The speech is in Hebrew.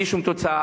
בלי שום תוצאה.